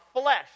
flesh